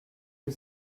que